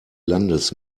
landes